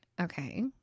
okay